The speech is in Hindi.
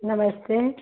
नमस्ते